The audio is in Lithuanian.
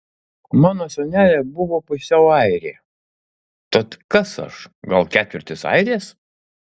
mano senelė buvo pusiau airė tad kas aš gal ketvirtis airės